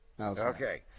Okay